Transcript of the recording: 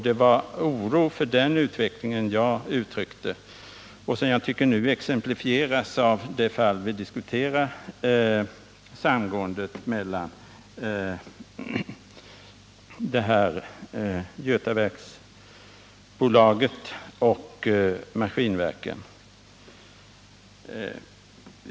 Det var oro för den utvecklingen som jag uttryckte och som jag tycker nu exemplifieras av det fall vi diskuterar — samgåendet mellan Götaverken Ångteknik och Svenska Maskinverken.